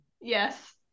Yes